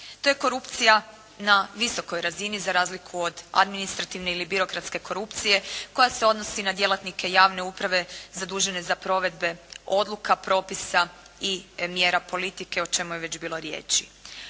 To je korupcija na visokoj razini za razliku od administrativne ili birokratske korupcije koja se odnosi na djelatnike javne uprave zadužene za provedbe odluka, propisa i mjera politike o čemu je već bilo riječi.